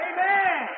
Amen